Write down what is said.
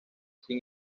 sin